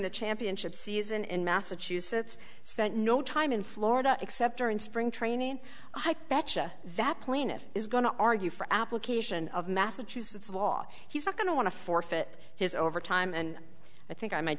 the championship season in massachusetts spent no time in florida except during spring training betcha that plaintiff is going to argue for application of massachusetts law he's not going to want to forfeit his overtime and i think i might